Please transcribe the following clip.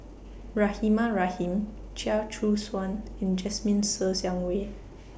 Rahimah Rahim Chia Choo Suan and Jasmine Ser Xiang Wei